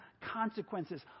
consequences